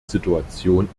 situation